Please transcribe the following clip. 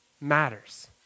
matters